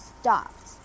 stopped